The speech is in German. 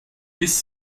bis